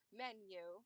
menu